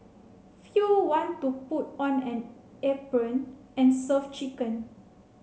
few want to put on an apron and serve chicken